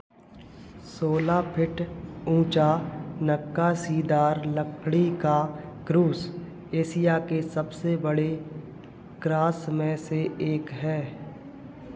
सोलह फीट ऊँचा नक्कासीदार लकड़ी का क्रूस एसिया के सबसे बड़े क्रॉस में से एक है